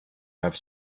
have